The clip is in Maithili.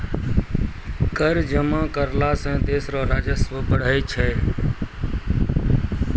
कर जमा करला सं देस रो राजस्व बढ़ै छै